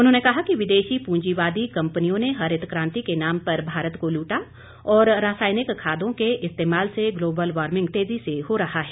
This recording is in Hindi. उन्होंने कहा कि विदेशी पूंजीवादी कंपनियों ने हरित क्रांति के नाम पर भारत को लूटा और रासायनिक खादों के इस्तेमाल से ग्लोबल वार्मिंग तेजी से हो रहा है